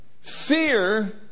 fear